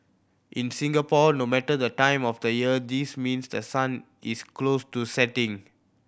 in Singapore no matter the time of the year this means the sun is close to setting